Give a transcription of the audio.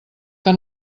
que